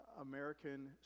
American